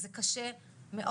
זה קשה מאוד.